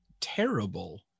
terrible